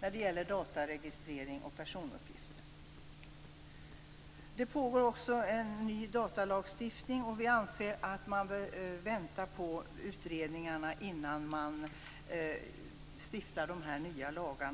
när det gäller dataregistrering och personuppgifter. Ett arbete pågår också med en ny datalagstiftning. Vi anser att man bör vänta på utredningarna innan man stiftar nya lagar.